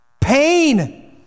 Pain